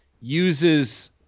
uses